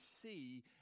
see